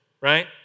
right